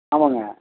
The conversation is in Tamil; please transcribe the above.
ஆமாங்க